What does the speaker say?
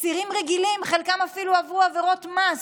אסירים רגילים, חלקם אפילו עברו עבירות מס.